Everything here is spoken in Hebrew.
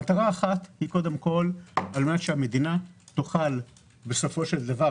מטרה אחת היא על מנת שהמדינה תוכל בסופו של דבר